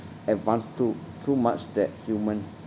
advanced too too much that human